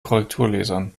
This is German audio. korrekturlesern